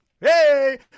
Hey